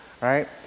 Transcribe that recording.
right